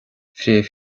fréamh